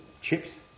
chips